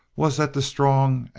was that the strong,